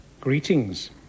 Greetings